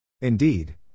Indeed